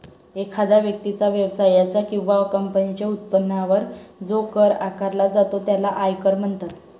एखाद्या व्यक्तीच्या, व्यवसायाच्या किंवा कंपनीच्या उत्पन्नावर जो कर आकारला जातो त्याला आयकर म्हणतात